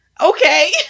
Okay